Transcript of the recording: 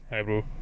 hi bro